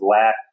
lack